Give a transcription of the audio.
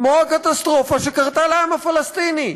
כמו הקטסטרופה שקרתה לעם הפלסטיני,